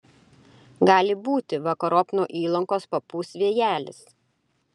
gali būti vakarop nuo įlankos papūs vėjelis